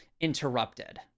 interrupted